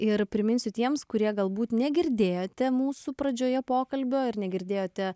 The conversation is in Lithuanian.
ir priminsiu tiems kurie galbūt negirdėjote mūsų pradžioje pokalbio ir negirdėjote